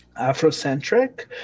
Afrocentric